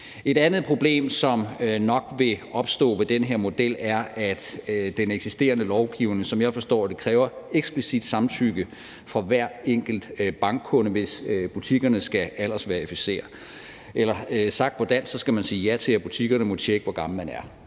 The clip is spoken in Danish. Et andet problem, som nok vil opstå ved den her model, er, at den eksisterende lovgivning, som jeg forstår den, kræver eksplicit samtykke fra hver enkelt bankkunde, hvis butikkerne skal aldersverificere. Eller sagt på dansk: Man skal sige ja til, at butikkerne må tjekke, hvor gammel man er.